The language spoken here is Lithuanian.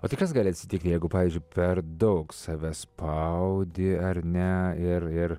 o tai kas gali atsitikti jeigu pavyzdžiui per daug save spaudi ar ne ir ir